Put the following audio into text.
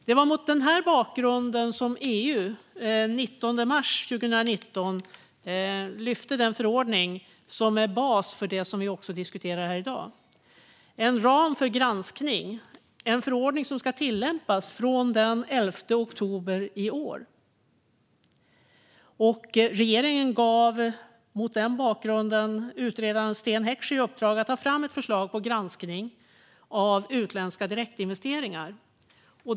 Det var mot den bakgrunden som EU den 19 mars 2019 lyfte fram den förordning som är bas för det vi diskuterar i dag. Det är fråga om en ram för granskning, och förordningen ska tillämpas från den 11 oktober i år. Regeringen gav mot den bakgrunden utredaren Sten Heckscher i uppdrag att ta fram ett förslag till granskning av utländska direktinvesteringar.